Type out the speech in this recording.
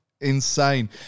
insane